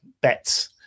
bets